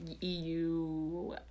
EU